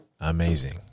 Amazing